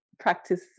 Practice